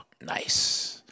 Nice